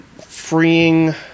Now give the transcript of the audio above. freeing